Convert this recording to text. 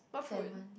salmon